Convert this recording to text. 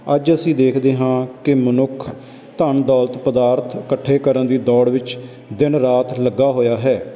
ਅੱਜ ਅਸੀਂ ਦੇਖਦੇ ਹਾਂ ਕਿ ਮਨੁੱਖ ਧਨ ਦੌਲਤ ਪਦਾਰਥ ਇਕੱਠੇ ਕਰਨ ਦੀ ਦੌੜ ਵਿੱਚ ਦਿਨ ਰਾਤ ਲੱਗਾ ਹੋਇਆ ਹੈ